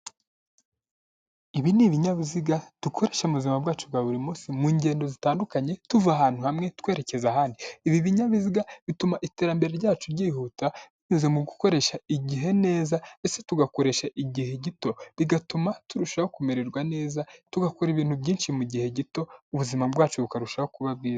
Ibi ni ibinyabiziga dukoresha mu buzima bwacu bwa buri munsi, mu ngendo zitandukanye, tuva ahantu hamwe twerekeza ahandi. Ibi binyabiziga bituma iterambere ryacu ryihuta, binyuze mu gukoresha igihe neza ndetse tugakoresha igihe gito, bigatuma turushaho kumererwa neza, tugakora ibintu byinshi mu gihe gito, ubuzima bwacu bukarushaho kuba bwiza.